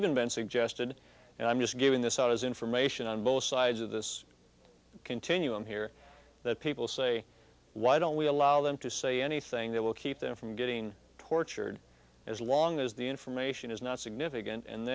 even been suggested and i'm just giving this out as information on both sides of this continuum here that people say why don't we allow them to say anything that will keep they're from getting tortured as long as the information is not significant and